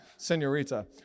Senorita